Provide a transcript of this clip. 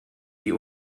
die